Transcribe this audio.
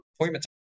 appointments